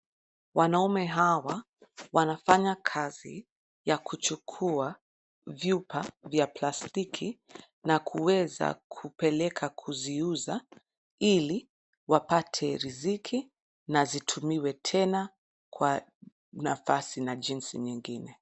Wanaume hawa wanafanya kazi ya kuchukua vyupa ya plastiki na kuweza kupeleka kuziuza ili wapate riziki na zitumiwe tena na basi na jinzi mengine.